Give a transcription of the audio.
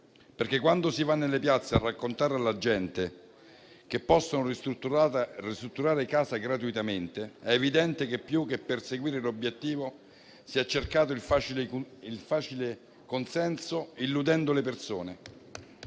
perché l'essere andati nelle piazze a raccontare alla gente che poteva ristrutturare casa gratuitamente ha reso evidente che, più che perseguire l'obiettivo, si è cercato il facile consenso, illudendola.